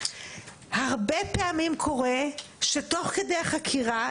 הרבה פעמים קורה שתוך כדי החקירה,